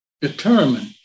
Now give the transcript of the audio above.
determined